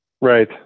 Right